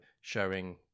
showing